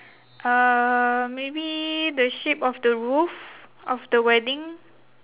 um maybe the shape of the roof of the wedding